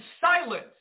silent